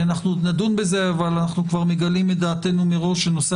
עוד נדון בזה אבל אנו מגלים דעתנו מראש שנושא